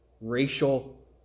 racial